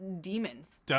demons